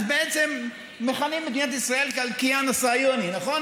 אז בעצם מכנים את מדינת ישראל: (אומר בערבית: הישות הציונית,) נכון?